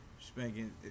spanking